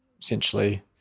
essentially